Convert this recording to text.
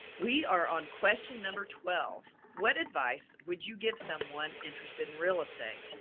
we are on question number twelve what advice would you give someone interested in real estate?